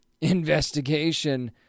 investigation